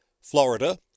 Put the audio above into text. Florida